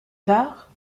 tard